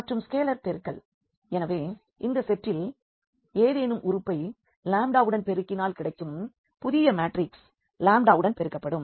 மற்றும் ஸ்கேலார் பெருக்கல் எனவே இந்த செட்டின் ஏதேனும் உறுப்பை வுடன் பெருக்கினால் கிடைக்கும் புதிய மேட்ரிக்ஸ் வுடன் பெருக்கப்படும்